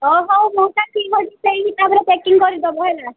ହେଉ ହେଉ ମଉସା ଠିକ ଅଛି ସେଇ ହିସାବରେ ପ୍ୟାକିଙ୍ଗ କରିଦେବ ହେଲା